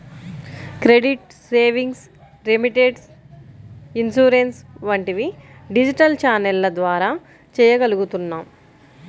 credit, savings, remittance, insurance వంటివి digital ఛానెల్ల ద్వారా చెయ్యగలుగుతున్నాం